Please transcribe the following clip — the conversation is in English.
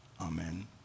Amen